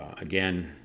again